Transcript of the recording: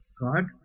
God